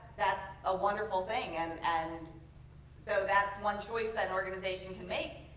that's a wonderful thing. and and so that's one choice that an organization can make.